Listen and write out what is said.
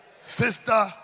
Sister